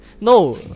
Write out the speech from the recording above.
no